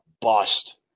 bust